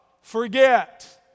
Forget